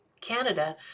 Canada